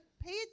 pay